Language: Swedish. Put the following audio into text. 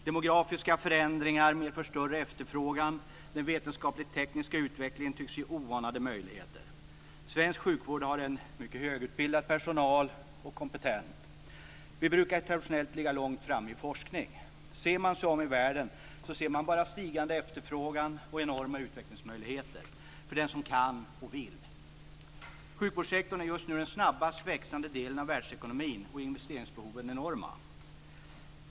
Demografiska förändringar medför större efterfrågan, och den vetenskaplig-tekniska utvecklingen tycks ge oanade möjligheter. Svensk sjukvård har en mycket högutbildad och kompetent personal. Vi brukar traditionellt ligga långt framme i forskningen. I världen ser man bara stigande efterfrågan och enorma utvecklingsmöjligheter för den som kan och vill. Sjukvårdssektorn är just nu den snabbast växande delen av världsekonomin, och investeringsbehoven är enorma.